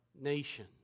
nation